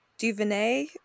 Duvernay